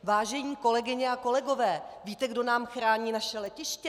Vážené kolegyně a kolegové, víte, kdo nám chrání naše letiště?